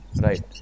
Right